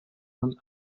man